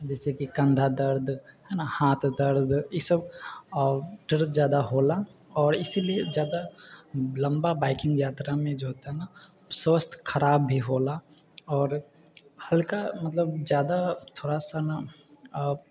जैसे की कन्धा दर्द है ना हाथ दर्द ईसब आओर डर जादा होला आओर इसीलिए जादा लम्बा बाइकिंग यात्रा मे जो होता न स्वस्थ खराब भी होला आओर हल्का मतलब जादा थोड़ा सा न